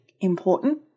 important